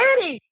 ready